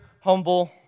humble